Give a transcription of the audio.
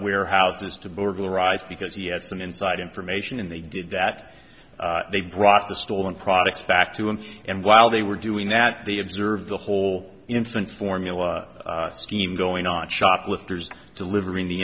warehouses to burglarize because he had some inside information and they did that they brought the stolen products back to him and while they were doing that they observed the whole infant formula team going on shoplifters delivering the